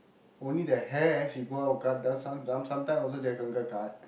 only the hair she go out cut sometime sometime also Jack uncle cut